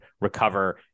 recover